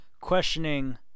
questioning